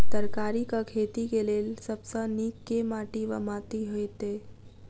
तरकारीक खेती केँ लेल सब सऽ नीक केँ माटि वा माटि हेतै?